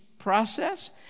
process